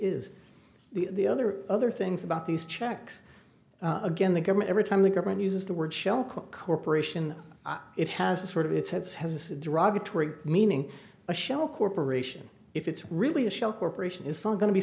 is the other other things about these checks again the government every time the government uses the word shell corporation it has a sort of its head has a derogatory meaning a shell corporation if it's really a shell corporation going to be